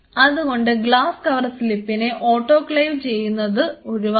അതുകൊണ്ട് glass cover സ്ലിപ്പിനെ autoclave ചെയ്യുന്നത് ഒഴിവാക്കുക